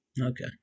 Okay